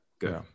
Good